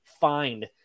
find